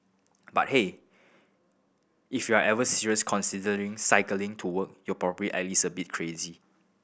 but hey if you're ever serious considering cycling to work you're probably at least a bit crazy